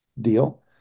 deal